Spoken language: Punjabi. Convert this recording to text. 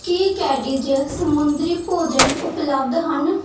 ਕੀ ਕੈਡੀਜ਼ ਸਮੁੰਦਰੀ ਭੋਜਨ ਉਪਲਬਧ ਹਨ